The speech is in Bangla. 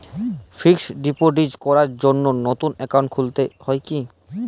ফিক্স ডিপোজিট করার জন্য নতুন অ্যাকাউন্ট খুলতে হয় কী?